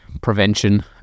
prevention